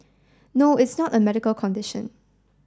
no it's not a medical condition